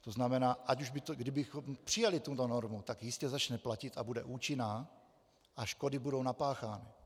To znamená, kdybychom přijali tuto normu, tak jistě začne platit a bude účinná a škody budou napáchány.